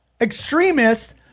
extremists